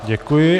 Děkuji.